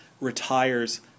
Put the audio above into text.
retires